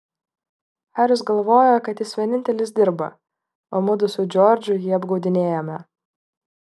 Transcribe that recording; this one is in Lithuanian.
haris galvojo kad jis vienintelis dirba o mudu su džordžu jį apgaudinėjame